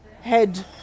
head